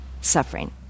suffering